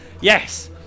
Yes